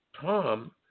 Tom